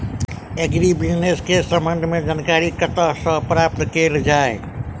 Agri business केँ संबंध मे जानकारी कतह सऽ प्राप्त कैल जाए?